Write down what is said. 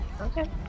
Okay